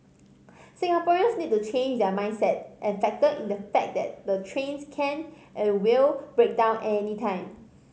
Singaporeans need to change their mindset and factor in the fact that the trains can and will break down anytime